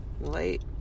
late